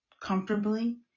comfortably